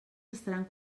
estaran